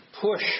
push